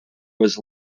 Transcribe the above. was